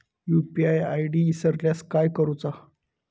UPI ID इसरल्यास काय करुचा?